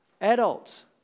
adults